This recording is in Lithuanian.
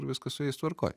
ir viskas su jais tvarkoj